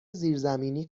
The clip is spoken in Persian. زیرزمینی